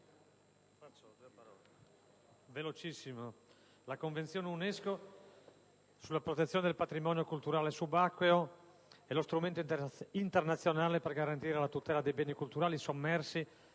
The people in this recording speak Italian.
la Convenzione UNESCO sulla protezione del patrimonio culturale subacqueo è lo strumento internazionale per garantire la tutela dei beni culturali sommersi